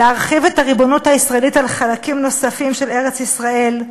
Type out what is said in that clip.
להרחיב את הריבונות הישראלית על חלקים נוספים של ארץ-ישראל,